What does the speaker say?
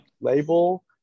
label